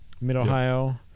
mid-Ohio